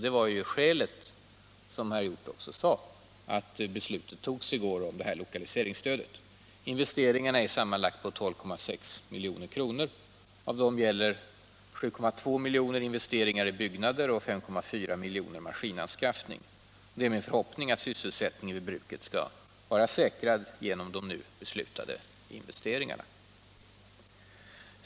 Det är också, som herr Hjorth sade, skälet till att man i går fattade detta beslut om lokaliseringsstödet. Investeringarna uppgår till sammanlagt 12,6 milj.kr., 7,2 milj.kr. i byggnader och 4,5 milj.kr. i maskinanskaffning. Det är min förhoppning att sysselsättningen vid bruket skall vara säkrad genom de nu beslutade investeringarna.